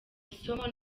isomo